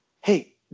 hey